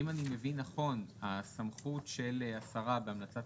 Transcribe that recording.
אם אני מבין נכון הסמכות של השרה בהמלצת